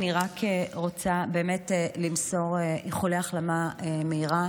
אני רק רוצה באמת למסור איחולי החלמה מהירה